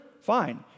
Fine